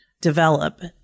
develop